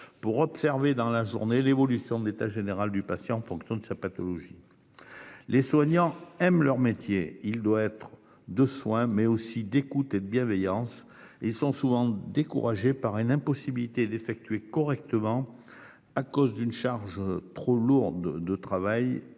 pour observer dans la journée l'évolution de l'état général du patient en fonction de sa pathologie. Les soignants aiment leur métier. Ils prodiguent des soins, mais aussi de l'écoute et de la bienveillance. Or ils sont souvent découragés par l'impossibilité d'effectuer correctement leur travail à cause d'une charge trop lourde et